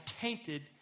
tainted